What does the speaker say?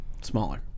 smaller